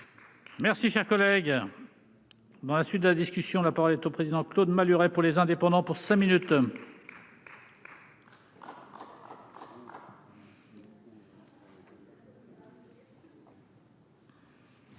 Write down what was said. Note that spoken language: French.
Merci, cher collègue. Dans la suite de la discussion, la parole est au président Claude Malhuret pour les indépendants pour 5 minutes.